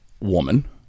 woman